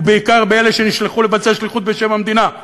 ובעיקר באלה שנשלחו לבצע שליחות בשם המדינה.